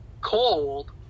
Cold